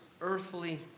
earthly